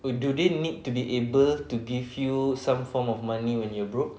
oh do they need to be able to give you some form of money when you're broke